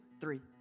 three